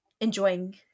enjoying